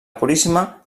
puríssima